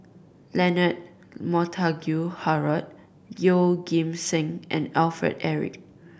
Leonard Montague Harrod Yeoh Ghim Seng and Alfred Eric